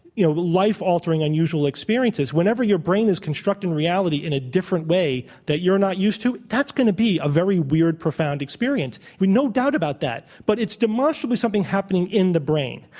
you know, life-altering, unusual experiences. whenever your brain is constructing reality in a different way that you're not used to, that's going to be a very weird, profound experience. we have no doubt about that. but it's demonstrably something happening in the brain.